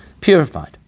purified